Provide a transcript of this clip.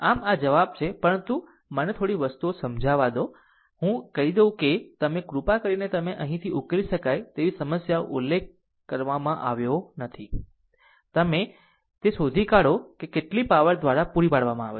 આમ આ જવાબ છે પરંતુ મને તેને થોડી વસ્તુઓ સમજાવા દો હું કહી શકું છું કે તમે કૃપા કરીને તેને અહીંથી ઉકેલી શકાય તેવી સમસ્યાનો ઉલ્લેખ કરવામાં આવ્યો નથી કે તમે છો તે તમે શોધી કાઢી શકો છો કે કેટલી પાવર દ્વારા પૂરી પાડવામાં આવે છે